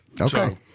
Okay